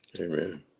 Amen